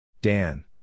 Dan